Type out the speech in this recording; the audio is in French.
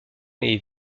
est